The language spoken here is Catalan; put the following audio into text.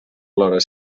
plora